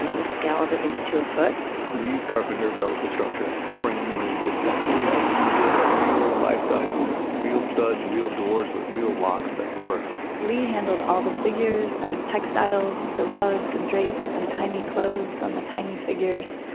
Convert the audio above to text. scale of an inch to a foot lee's carpenter built the structures, framed the rooms exactly as you would a real life-sized room. real studs, real doors with real locks that worked lee handled all the figures and the textiles, the rugs and drapes and tiny clothes on the tiny figures.